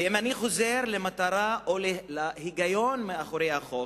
ואם אני חוזר למטרה או להיגיון מאחורי החוק,